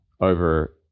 over